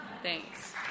Thanks